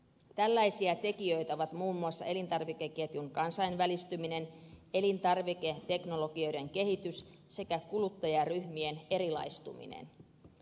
tällaisia tekijöitä ovat muun muassa elintarvikeketjun kansainvälistyminen elintarviketeknologien kehitys sekä kuluttajaryhmien erilaistuminen